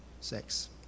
sex